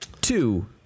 two